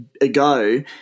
ago